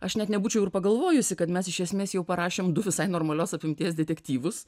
aš net nebūčiau ir pagalvojusi kad mes iš esmės jau parašėm du visai normalios apimties detektyvus